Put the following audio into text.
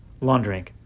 laundering